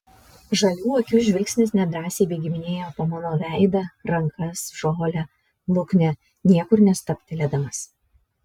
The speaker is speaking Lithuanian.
žalių akių žvilgsnis nedrąsiai bėginėjo po mano veidą rankas žolę luknę niekur nestabtelėdamas